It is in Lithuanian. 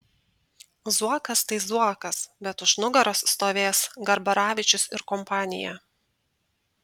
zuokas tai zuokas bet už nugaros stovės garbaravičius ir kompanija